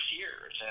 years